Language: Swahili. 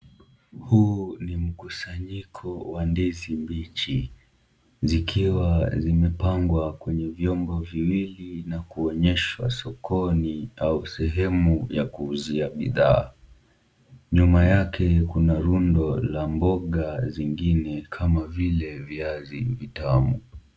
Huu ni mkusanyiko wa ndizi mbichi zikiwa zimepangwa kwenye vyombo viwili na kuonyesha sokoni au sehemu ya kuuzia bidhaa. Nyuma yake kuna rundo la mboga zingine kama vile viazi vitamu.